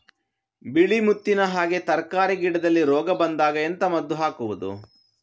ಬಿಳಿ ಮುತ್ತಿನ ಹಾಗೆ ತರ್ಕಾರಿ ಗಿಡದಲ್ಲಿ ರೋಗ ಬಂದಾಗ ಎಂತ ಮದ್ದು ಹಾಕುವುದು?